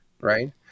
Right